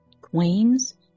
queens